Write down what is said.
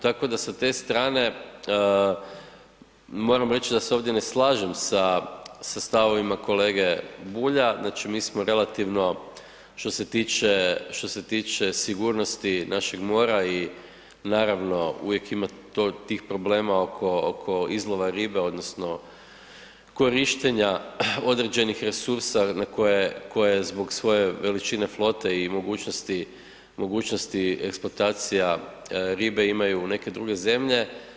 Tako da sa te strane moram reći da se ovdje ne slažem sa stavovima kolege Bulja, znači mi smo relativno što se tiče sigurnosti našeg mora i naravno uvijek ima tih problema oko izlova ribe odnosno korištenja određenih resursa koje zbog svoje veličine flote i mogućnosti eksploatacija ribe imaju neke druge zemlje.